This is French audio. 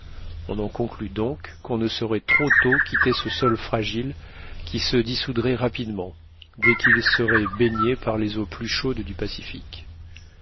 on en conclut donc qu'on ne saurait trop tôt quitter ce sol fragile qui se dissoudrait rapidement dès qu'il serait baigné par les eaux plus chaudes du pacifique